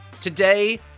Today